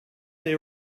they